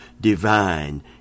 divine